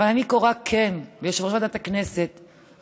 אבל אני כן קוראת ליושב-ראש ועדת הכנסת ולקואליציה: